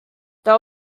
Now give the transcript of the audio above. they